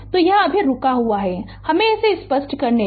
तो यह अभी रुका हुआ है हम इसे स्पष्ट करने दे